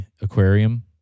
aquarium